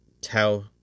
tell